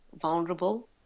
vulnerable